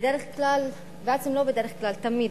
בדרך כלל, בעצם לא בדרך כלל, תמיד,